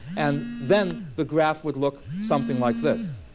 and then the graph would look something like this.